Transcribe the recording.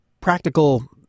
practical